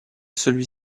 celui